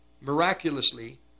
miraculously